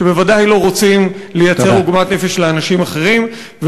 שבוודאי לא רוצים לייצר עוגמת נפש לאנשים אחרים.